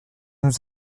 nous